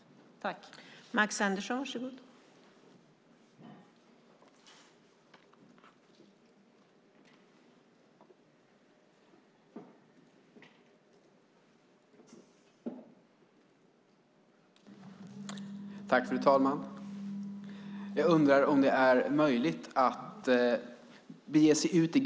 Så var inte fallet.